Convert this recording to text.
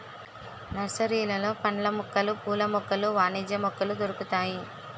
నర్సరీలలో పండ్ల మొక్కలు పూల మొక్కలు వాణిజ్య మొక్కలు దొరుకుతాయి